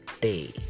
day